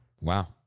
Wow